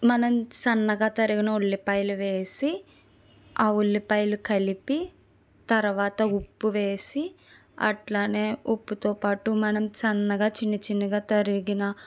మనం సన్నగా తరిగిన ఉల్లిపాయలు వేసి ఆ ఉల్లిపాయలు కలిపి తర్వాత ఉప్పు వేసి అట్లానే ఉప్పుతో పాటు మనం సన్నగా చిన్న చిన్నగా తరిగిన